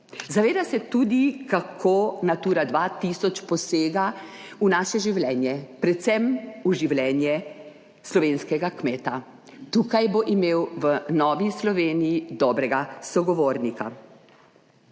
Zaveda se tudi, kako Natura 2000 posega v naše življenje, predvsem v življenje slovenskega kmeta. Tukaj bo imel v Novi Sloveniji dobrega sogovornika